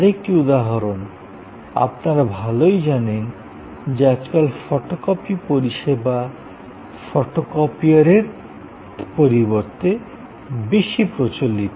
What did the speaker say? আর একটি উদাহরণ আপনার ভালোই জানেন যে আজকাল ফটোকপি পরিষেবা ফটোকপিয়ারের পরিবর্তে বেশি প্রচলিত